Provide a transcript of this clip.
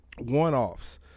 one-offs